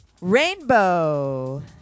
rainbow